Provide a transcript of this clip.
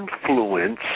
influence